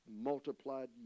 Multiplied